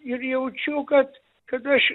ir jaučiu kad kad aš